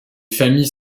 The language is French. familles